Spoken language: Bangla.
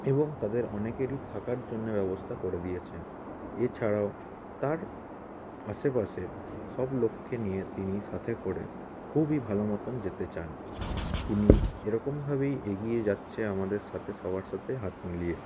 এবং তাদের অনেকেরই থাকার জন্য ব্যবস্থা করে দিয়েছেন এছাড়াও তার আশেপাশের সব লোককে নিয়ে তিনি সাথে করে খুবই ভালো মতন যেতে চান তিনি এ রকমভাবেই এগিয়ে যাচ্ছে আমাদের সাথে সবার সাথে হাত মিলিয়ে